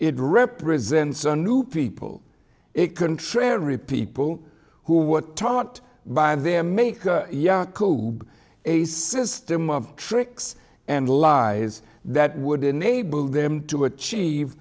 it represents a new people it contrary people who were taught by them make yacoob a system of tricks and lies that would enable them to achieve